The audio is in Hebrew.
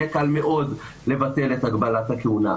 יהיה קל מאוד לבטל את הגבלת הכהונה.